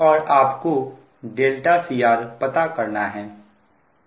और आपको δcr पता करना है